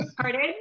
Pardon